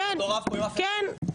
כן.